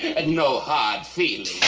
and no ah seat.